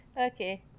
Okay